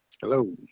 Hello